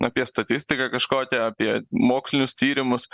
apie statistiką kažkokią apie mokslinius tyrimus